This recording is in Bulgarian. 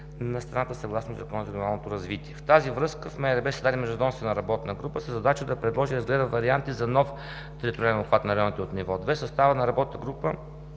на страната съгласно Закона за регионалното развитие. В тази връзка в МРРБ се създаде междуведомствена работна група със задача да предложи и разгледа варианти за нов териториален обхват на районите от ниво 2. В състава на работната група